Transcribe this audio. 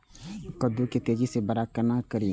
कद्दू के तेजी से बड़ा केना करिए?